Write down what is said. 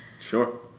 sure